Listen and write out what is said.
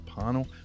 panel